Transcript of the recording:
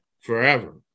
forever